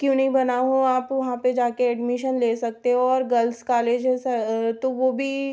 क्यों नहीं बना हो आप वहाँ पर जा कर एडमीशन ले सकते हो और गल्स कालेज है तो वह भी